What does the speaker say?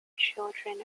children